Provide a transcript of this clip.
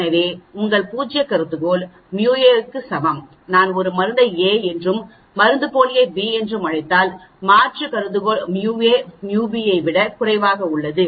எனவே உங்கள் பூஜ்ய கருதுகோள் μa க்கு சமம் நான் ஒரு மருந்தை a என்றும் மருந்து போலியை b என்றும் அழைத்தால் மாற்று கருதுகோள் μa μb ஐ விட குறைவாக உள்ளது